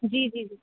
جی جی جی